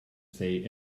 say